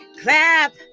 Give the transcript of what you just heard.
clap